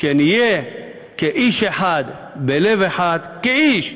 כשנהיה "כאיש אחד בלב אחד" כאיש,